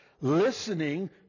listening